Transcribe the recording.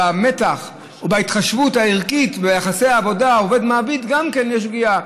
גם במתח או בהתחשבות הערכית ביחסי עבודה עובד מעביד יש פגיעה.